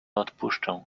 odpuszczę